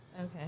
Okay